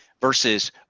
versus